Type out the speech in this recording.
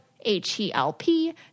H-E-L-P